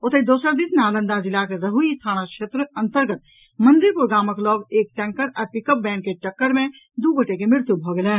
ओतहि दोसर दिस नालंदा जिलाक रहुई थाना क्षेत्र अंतर्गत मंदिरपुर गामक लऽग एक टैंकर आ पिकअप वैन के टक्कर मे दू गोटे के मृत्यु भऽ गेलनि